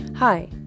Hi